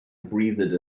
breathed